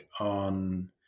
on